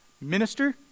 Minister